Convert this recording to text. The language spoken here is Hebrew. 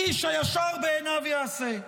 איש הישר בעיניו יעשה.